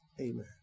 Amen